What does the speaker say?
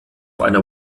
einer